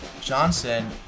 Johnson